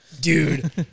dude